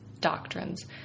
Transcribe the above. doctrines